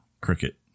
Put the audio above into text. Cricket